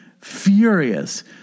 Furious